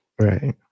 right